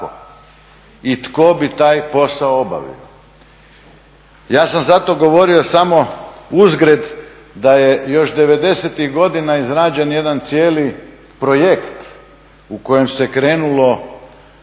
i tko bi taj posao obavio. Ja sam zato govorio samo uzgred da je još 90.-tih godina izrađen jedan cijeli projekt u kojem se krenulo